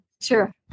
Sure